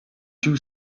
two